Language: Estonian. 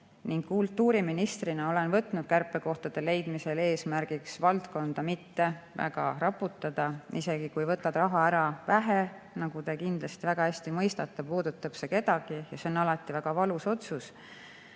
Kultuuriministrina olen võtnud kärpekohtade leidmisel eesmärgiks valdkonda mitte väga raputada. Isegi kui võtad raha ära vähe, nagu te kindlasti väga hästi mõistate, puudutab see kedagi ja see on alati väga valus otsus.